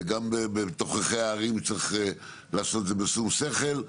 וגם בתוככי הערים צריך לעשות את זה בשכל,